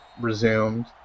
resumed